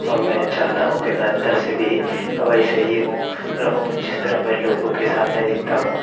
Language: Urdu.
اور میں یہ چاہتا ہوں کہ میں اندر سے بھی ویسے ہی ہوں رہوں جس طرح میں لوگوں کے سامنے دکھتا ہوں